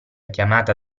chiamata